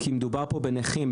כי מדובר פה בנכים,